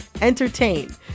entertain